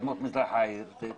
אדמות מזרח העיר אלה התנחלויות.